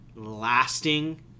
Lasting